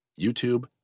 YouTube